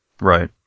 Right